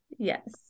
Yes